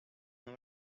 ganó